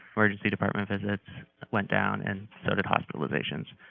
emergency department visits went down and so did hospitalizations.